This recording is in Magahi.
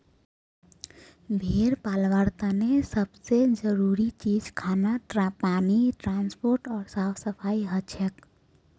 भेड़ पलवार तने सब से जरूरी चीज खाना पानी ट्रांसपोर्ट ओर साफ सफाई हछेक